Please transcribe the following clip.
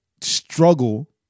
struggle